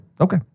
Okay